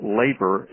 labor